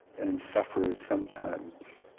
and suffers sometimes